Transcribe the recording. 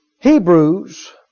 Hebrews